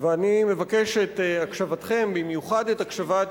אני מבקש את הקשבתכם, במיוחד את הקשבת